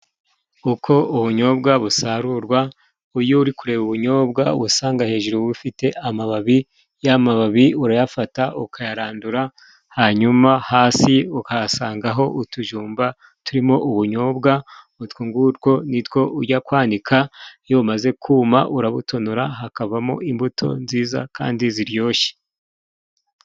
Uko ubunyobwa busarurwa, iyo uri kureba ubunyobwa uba usanga hejuru bufite amababi, ya mababi urayafata ukayarandura, hanyuma hasi ukahasangaho utujumba turimo ubunyobwa. Utwo ngutwo ni two ujya kwanika, iyo bumaze kuma urabutonora hakavamo imbuto nziza kandi ziryoshye.